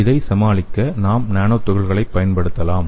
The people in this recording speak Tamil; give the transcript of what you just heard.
இதை சமாளிக்க நாம் நானோ துகள்களைப் பயன்படுத்தலாம்